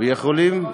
ויכולים,